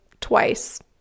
twice